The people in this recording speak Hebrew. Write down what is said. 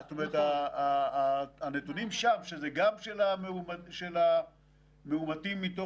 והיא לא התייחסה עדיין לשבוע ה-14.